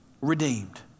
redeemed